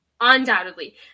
undoubtedly